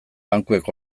bankuek